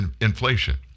inflation